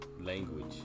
language